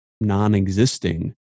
non-existing